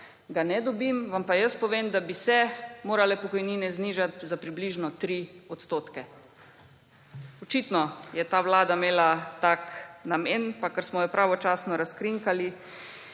Ga ne dobim. Vam pa jaz povem, da bi se morale pokojnine znižati za približno 3 %. Očitno je ta vlada imela tak namen, pa ker smo jo pravočasno razkrinkali,